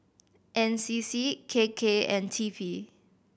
N C C K K and T P